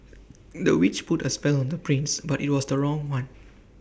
the witch put A spell on the prince but IT was the wrong one